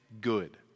good